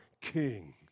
king